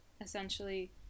essentially